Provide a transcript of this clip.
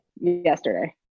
yesterday